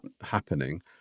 happening